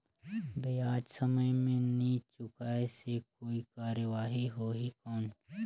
ब्याज समय मे नी चुकाय से कोई कार्रवाही होही कौन?